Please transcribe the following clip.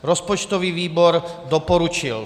Rozpočtový výbor doporučil.